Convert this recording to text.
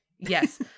Yes